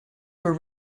were